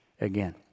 again